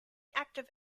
active